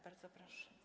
Bardzo proszę.